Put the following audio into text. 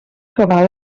cabal